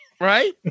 Right